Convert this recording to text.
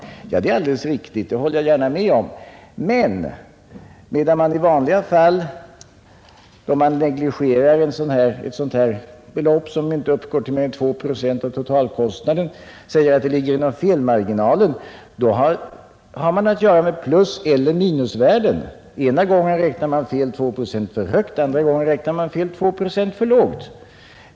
Det är i och för sig alldeles riktigt. Men när man i vanliga fall negligerar ett belopp på två procent av totalkostnaden genom att säga att det ryms inom felmarginalen har man att göra med pluseller minusvärde — ena gången räknar man fel två procent för högt, andra gången räknar man fel två procent för lågt.